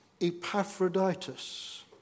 Epaphroditus